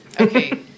Okay